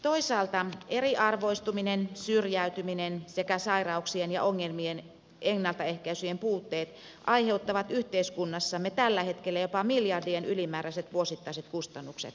toisaalta eriarvoistuminen syrjäytyminen se kä sairauksien ja ongelmien ennaltaehkäisyjen puutteet aiheuttavat yhteiskunnassamme tällä hetkellä jopa miljardien ylimääräiset vuosittaiset kustannukset